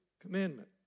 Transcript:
commandment